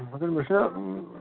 مگر مےٚ چھُنا